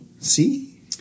See